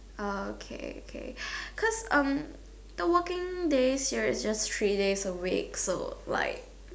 uh okay okay cause um cause the working days here is just three days a week so like